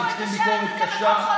וצריכים ביקורת קשה,